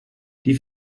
die